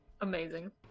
Amazing